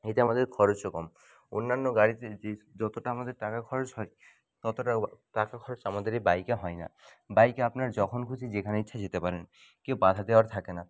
এতে আমাদের খরচও কম অন্যান্য গাড়িতে যে যতটা আমাদের টাকা খরচ হয় ততটা টাকা খরচ আমাদের এই বাইকে হয় না বাইকে আপনার যখন খুশি যেখানে ইচ্ছা যেতে পারেন কেউ বাধা দেওয়ার থাকে না